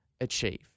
achieve